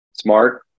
Smart